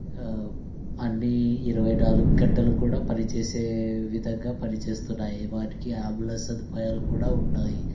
అన్నీ ఇరవై నాలుగు గంటలు కూడా పని చేసే విధంగా పనిచేస్తున్నాయి వాటికి అంబులెన్స్ సదుపాయాలు కూడా ఉన్నాయి